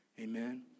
Amen